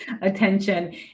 attention